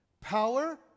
power